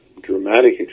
dramatic